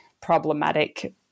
problematic